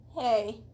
Hey